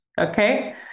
okay